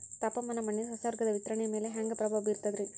ತಾಪಮಾನ ಮಣ್ಣಿನ ಸಸ್ಯವರ್ಗದ ವಿತರಣೆಯ ಮ್ಯಾಲ ಹ್ಯಾಂಗ ಪ್ರಭಾವ ಬೇರ್ತದ್ರಿ?